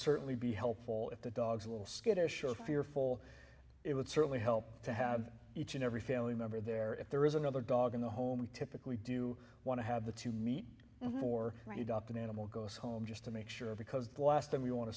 certainly be helpful if the dog's a little skittish show fearful it would certainly help to have each and every family member there if there is another dog in the home we typically do want to have the to meet for right up an animal goes home just to make sure because the last time you want to